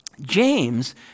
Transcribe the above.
James